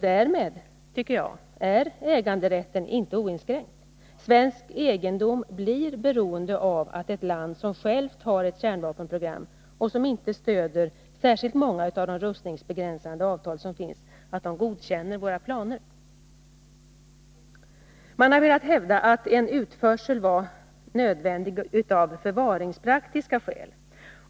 Därmed, tycker jag, är äganderätten inte oinskränkt. Svensk egendom blir beroende av att ett land, som självt har ett kärnvapenprogram och som inte stöder särskilt många av de rustningsbegränsande avtal som finns, godkänner våra planer. Man har velat hävda att en utförsel var nödvändig av förvaringspraktiska skäl.